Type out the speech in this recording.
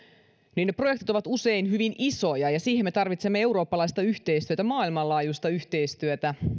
niin ne projektit ovat usein hyvin isoja ja siihen me tarvitsemme eurooppalaista yhteistyötä maailmanlaajuista yhteistyötä